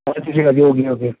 আচ্ছা ঠিক আছে ওকে ওকে